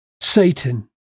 Satan